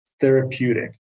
therapeutic